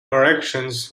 corrections